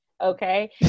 okay